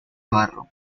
barro